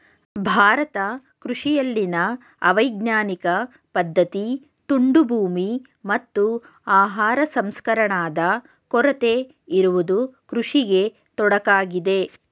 ಭಾರತ ಕೃಷಿಯಲ್ಲಿನ ಅವೈಜ್ಞಾನಿಕ ಪದ್ಧತಿ, ತುಂಡು ಭೂಮಿ, ಮತ್ತು ಆಹಾರ ಸಂಸ್ಕರಣಾದ ಕೊರತೆ ಇರುವುದು ಕೃಷಿಗೆ ತೊಡಕಾಗಿದೆ